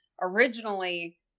originally